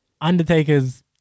Undertaker's